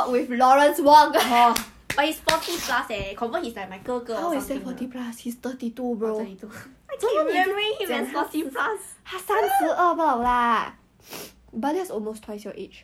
做什么 leh but but lawrence wong acting good [what]